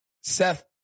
Seth